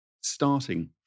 starting